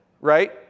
right